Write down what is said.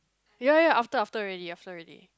ya ya after after already after already